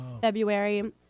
February